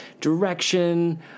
direction